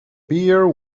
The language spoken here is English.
beer